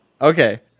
Okay